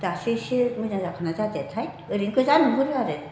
दासो इसे मोजां जाखोना जादियाथाय ओरैनो गोजा नुहरो आरो